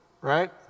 right